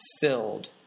filled